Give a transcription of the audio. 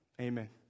Amen